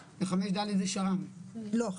לא,